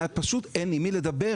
ופשוט אין עם מי לדבר.